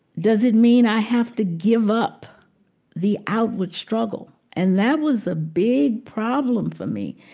does it mean i have to give up the outward struggle? and that was a big problem for me.